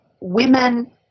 women